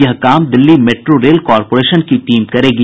यह काम Delhi metro rail corporation की टीम करेगी